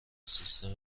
سیستم